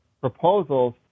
proposals